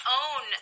own